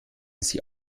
sie